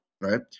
right